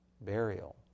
burial